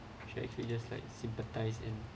you should actually just like sympathize in